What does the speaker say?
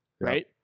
right